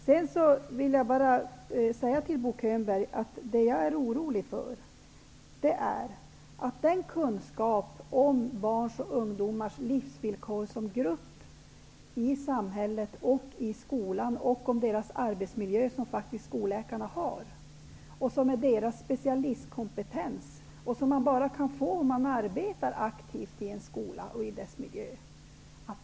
Sedan vill jag säga till Bo Könberg att det jag är orolig för är att den kunskap om barns och ungdomars livsvillkor som grupp i samhället och i skolan och om deras arbetsmiljö som faktiskt skolläkarna har Det är deras specialistkompetens, som man bara kan få om man arbetar aktivt i en skola och dess miljö.